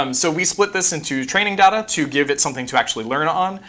um so we split this into training data to give it something to actually learn on,